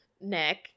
Nick